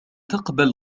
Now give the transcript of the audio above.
تقبل